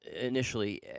initially